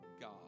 God